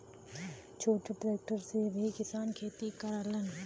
छोट ट्रेक्टर से भी किसान खेती करलन